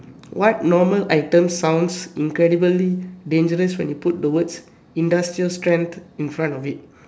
what normal item sounds incredibly dangerous when you put the words industrial strength in front of it